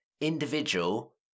individual